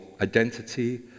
identity